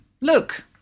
Look